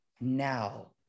now